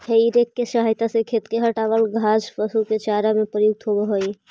हेइ rake के सहायता से खेत से हँटावल गाछ पशु के चारा में प्रयुक्त होवऽ हई